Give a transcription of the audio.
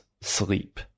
sleep